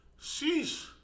Sheesh